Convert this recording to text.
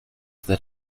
that